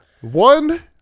One